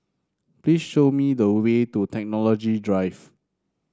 please show me the way to Technology Drive